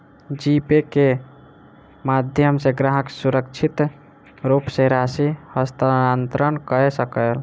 जी Pay के माध्यम सॅ ग्राहक सुरक्षित रूप सॅ राशि हस्तांतरण कय सकल